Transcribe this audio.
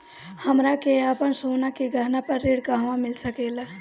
हमरा के आपन सोना के गहना पर ऋण कहवा मिल सकेला?